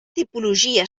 tipologia